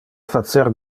facer